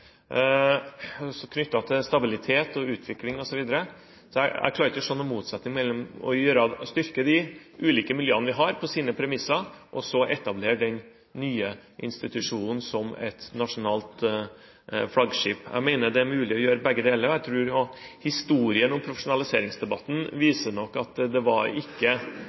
til stabilitet, utvikling osv. Jeg klarer ikke å se noen motsetning mellom det å styrke de ulike miljøene vi har, på deres premisser, og det å etablere den nye institusjonen som et nasjonalt flaggskip. Jeg mener at det er mulig å gjøre begge deler. Jeg tror også at historien om profesjonaliseringsdebatten nok viser at det ikke har vært så sterke føringer på at det kun var